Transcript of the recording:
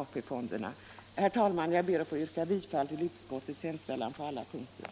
AP-fonden. Herr talman! Jag ber att få yrka bifall till utskottets hemställan på alla punkter.